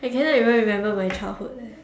I cannot even remember my childhood leh